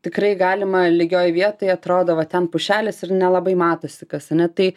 tikrai galima lygioj vietoj atrodo va ten pušelės ir nelabai matosi kas ane tai